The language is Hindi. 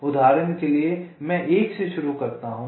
उदाहरण के लिए मैं 1 से शुरू करता हूं